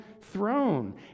throne